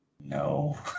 No